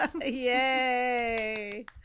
Yay